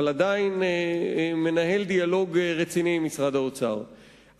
אבל עדיין מנהל דיאלוג רציני עם משרד האוצר.